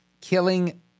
killing